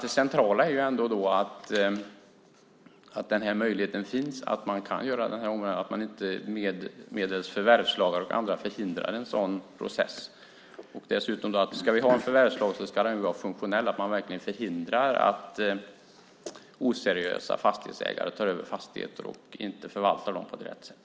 Det centrala är ändå att den här möjligheten finns och att förvärvslagen och andra inte hindrar en sådan process. Ska vi ha en förvärvslag ska den vara funktionell så att man förhindrar att oseriösa fastighetsägare tar över fastigheter och inte förvaltar dem på rätt sätt.